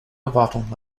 erwartungen